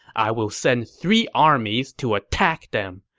i will send three armies to attack them,